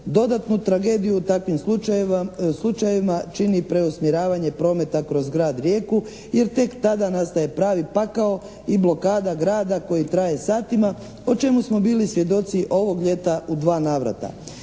dodatnu tragediju u takvim slučajevima čini preusmjeravanje prometa kroz grad Rijeku jer tek tada nastaje pravi pakao i blokada grada koji traje satima o čemu smo bili svjedoci ovog ljeta u dva navrata.